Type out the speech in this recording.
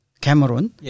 Cameroon